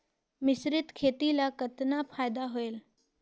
मिश्रीत खेती ल कतना फायदा होयल?